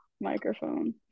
microphone